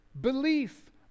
belief